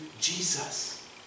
Jesus